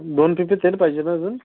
दोन पिशव्या तेल पाहिजे ना अजून